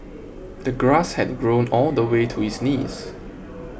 the grass had grown all the way to his knees